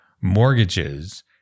mortgages